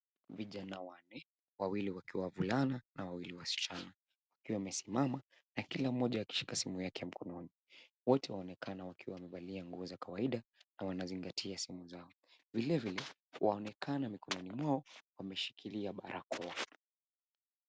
Vijana wanne, wawili wakiwa wavulana na wawili wasichana, wakiwa wamesimama na kila mmoja akishika simu yake mkononi. Wote waonekana wakiwa wamevalia nguo za kawaida na wanazingatia simu zao. Vilevile waonekana mikononi mwao wameshikilia barakoa.